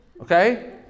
okay